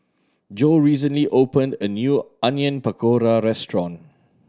Jo recently opened a new Onion Pakora Restaurant